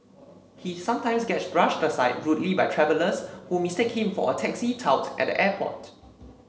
he sometimes gets brushed aside rudely by travellers who mistake him for a taxi tout at the airport